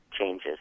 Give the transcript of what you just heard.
changes